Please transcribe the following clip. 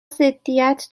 ضدیت